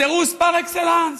סירוס פר אקסלנס.